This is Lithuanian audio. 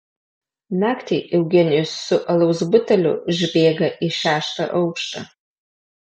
naktį eugenijus su alaus buteliu užbėga į šeštą aukštą